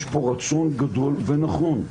שיש פה רצון גדול ונכון,